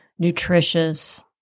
Nutritious